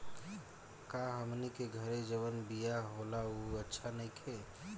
का हमनी के घरे जवन बिया होला उ अच्छा नईखे?